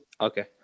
Okay